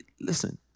Listen